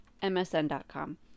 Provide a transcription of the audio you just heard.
MSN.com